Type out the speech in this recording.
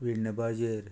विण्ण पाजेर